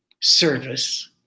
service